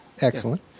excellent